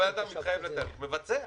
הבן אדם התחייב לתאריך מבצע,